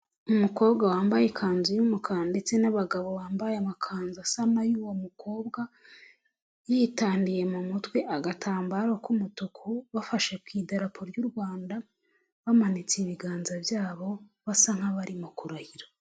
Umukobwa wambaye ikanzu y'umukara ndetse n'abagabo bambaye amakanzu asa n'ay'uwo mukobwa, yitadiye mu mutwe agatambaro k'umutuku, bafashe ku idarapo ry'u Rwanda bamanitse ibiganza byabo basa nk'abaririmo kurahira.